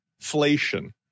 Inflation